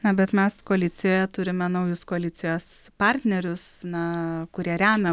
na bet mes koalicijoje turime naujus koalicijos partnerius na kurie remia